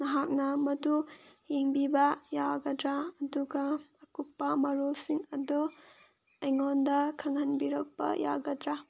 ꯅꯍꯥꯛꯅ ꯃꯗꯨ ꯌꯦꯡꯕꯤꯕ ꯌꯥꯒꯗ꯭ꯔꯥ ꯑꯗꯨꯒ ꯑꯀꯨꯞꯄ ꯃꯔꯣꯜꯁꯤꯡ ꯑꯗꯨ ꯑꯩꯉꯣꯟꯗ ꯈꯪꯍꯟꯕꯤꯔꯛꯄ ꯌꯥꯒꯗ꯭ꯔꯥ